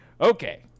Okay